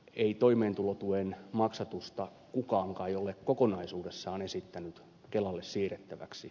ei toimeentulotuen maksatusta kukaan kai ole kokonaisuudessaan esittänyt kelalle siirrettäväksi